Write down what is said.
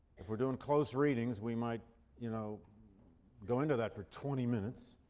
if we're doing close readings we might you know go into that for twenty minutes,